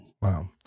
Wow